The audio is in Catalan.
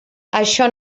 això